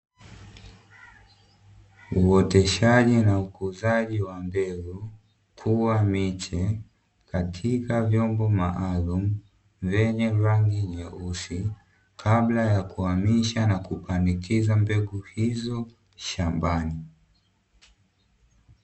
Uoteshaji na ukuzaji wa mbegu kuwa miche, katika vyombo maalumu; vyenye rangi nyeusi, kabla ya kuhamisha na kupandikiza mbegu hizo shambani.